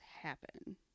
happen